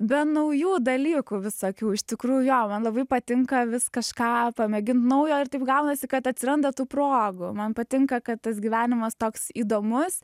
be naujų dalykų visokių iš tikrųjų jo labai patinka vis kažką pamėgint naujo ir taip gaunasi kad atsiranda tų progų man patinka kad tas gyvenimas toks įdomus